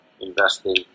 investing